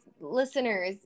listeners –